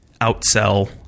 outsell